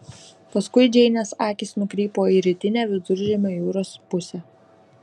paskui džeinės akys nukrypo į rytinę viduržemio jūros pusę